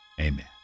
Amen